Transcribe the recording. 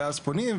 ואז פונים,